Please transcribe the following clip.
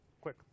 quick